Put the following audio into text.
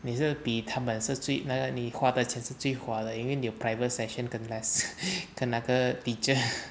你是比他们是最那个你花的钱是最划的因为你有 private session 跟 lesson 跟那个 teacher